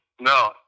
No